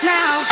now